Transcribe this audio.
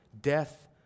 death